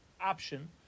option